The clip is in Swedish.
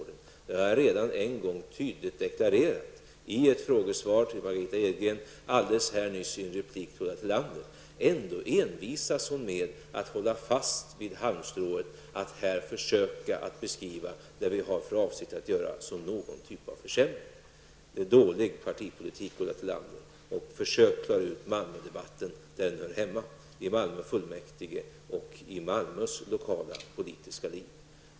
Det har jag redan en gång tydligt deklarerat i ett frågesvar till Margitta Edgren och alldeles nyss här i en replik till Ulla Tillander. Ändå envisas Ulla Tillander med att hålla fast vid halmstrået att försöka beskriva det som vi har för avsikt att göra som en försämring. Det är dålig partipolitik Ulla Tillander! Försök att klara ut Malmödebatten där den hör hemma, i Malmö kommunfullmäktige och inom Malmös lokala politiska linje.